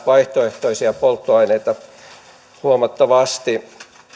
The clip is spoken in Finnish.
vaihtoehtoisia polttoaineita huomattavasti